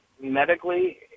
medically